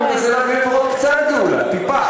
אני מנסה להביא לפחות קצת גאולה, טיפה.